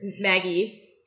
Maggie